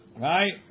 Right